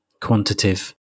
quantitative